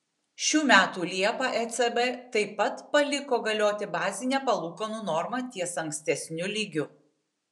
šių metų liepą ecb taip pat paliko galioti bazinę palūkanų normą ties ankstesniu lygiu